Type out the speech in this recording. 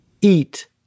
eat